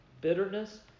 bitterness